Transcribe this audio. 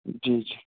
جی جی